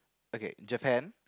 okay Japan